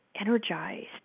energized